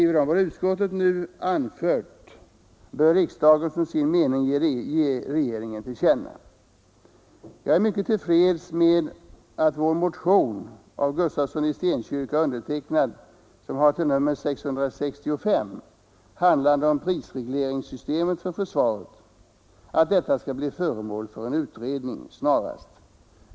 Vad utskottet nu anfört bör riksdagen som sin mening ge regeringen till känna.” Jag är mycket till freds med att prisregleringssystemet för försvaret, som tas upp i motionen 665 av herr Gustafsson i Stenkyrka och mig, skall bli föremål för utredning.